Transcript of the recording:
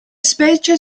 specie